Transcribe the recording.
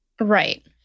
Right